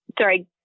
Sorry